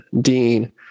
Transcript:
Dean